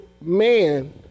man